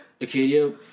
Acadia